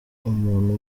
umuntu